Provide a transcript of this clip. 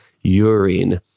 Urine